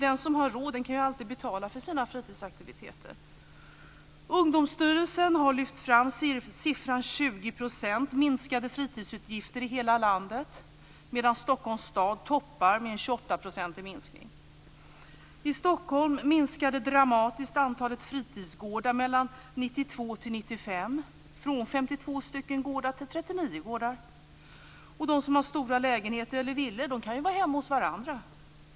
Den som har råd kan ju alltid betala för sina fritidsaktiviteter. Ungdomsstyrelsen har lyft fram en uppgift om att det är 20 % minskade fritidsutgifter i hela landet. Stockholms stad toppar med en 28-procentig minskning. I Stockholm minskade antalet fritidsgårdar dramatiskt mellan 1992 och 1995, från 52 till 39. De som har stora lägenheter eller villor kan ju vara hemma hos varandra.